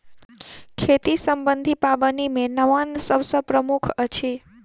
खेती सम्बन्धी पाबनि मे नवान्न सभ सॅ प्रमुख अछि